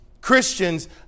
Christians